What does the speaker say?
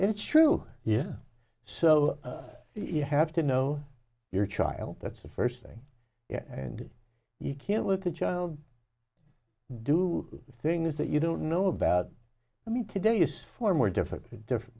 it's true yeah so you have to know your child that's the first thing and you can't let the child do things that you don't know about i mean today is far more difficult different